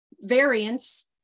variants